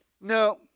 No